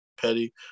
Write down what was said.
petty